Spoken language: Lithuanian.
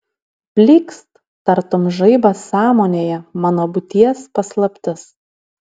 blykst tartum žaibas sąmonėje mano būties paslaptis